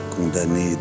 Condamné